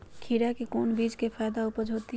खीरा का कौन सी बीज का जयादा उपज होती है?